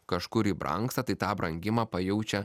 kažkur ji brangsta tai tą brangimą pajaučia